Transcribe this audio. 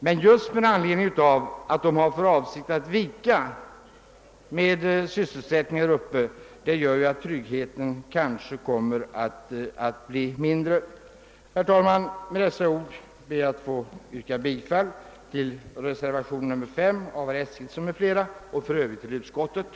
Men då domänverket har för avsikt att låta sysselsättningen i stora områden vika där uppe kommer väl tryggheten att bli mindre. Herr talman! Med dessa ord ber jag att få yrka bifall till reservationen 5 av herr Carl Eskilsson m.fl.